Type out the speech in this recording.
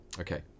Okay